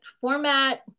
format